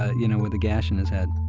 you know, with a gash in his head